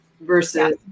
Versus